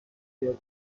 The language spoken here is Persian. یاد